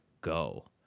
go